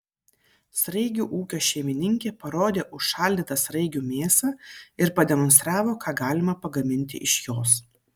sraigių ūkio šeimininkė parodė užšaldytą sraigių mėsą ir pademonstravo ką galima pagaminti iš jos